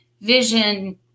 vision